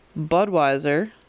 Budweiser